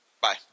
Bye